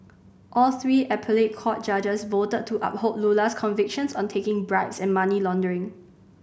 all three appellate court judges voted to uphold Lula's convictions on taking bribes and money laundering